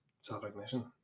self-recognition